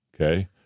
okay